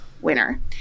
winner